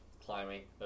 climbing